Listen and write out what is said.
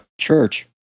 Church